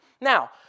Now